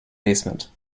basement